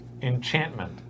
enchantment